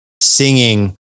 singing